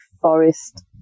Forest